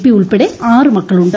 P ഉൾപ്പടെ ആറ് മക്കളുണ്ട്